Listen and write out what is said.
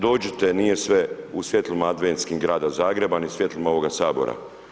Dođite, nije sve u svjetlima adventskim grada Zagreba, ni svjetlima ovoga Sabora.